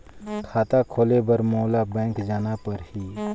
खाता खोले बर मोला बैंक जाना परही?